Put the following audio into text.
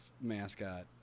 mascot